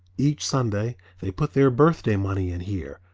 each sunday they put their birthday money in here,